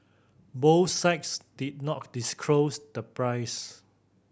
both sides did not disclose the price